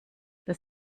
das